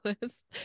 list